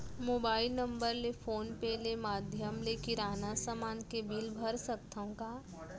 Mobile number ले phone पे ले माधयम ले किराना समान के बिल भर सकथव का?